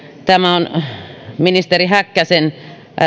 tämä on ministeri häkkäsen